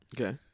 Okay